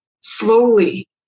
slowly